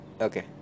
Okay